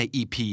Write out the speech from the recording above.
ep